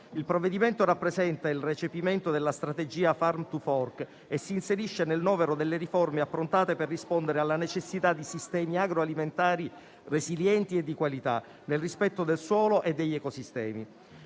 Il provvedimento rappresenta il recepimento della strategia "Farm to Fork" e si inserisce nel novero delle riforme approntate per rispondere alla necessità di sistemi agroalimentari resilienti e di qualità, nel rispetto del suolo e degli ecosistemi.